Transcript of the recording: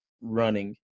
running